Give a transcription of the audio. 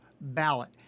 ballot